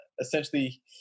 essentially